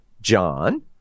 John